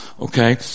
okay